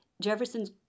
Jefferson's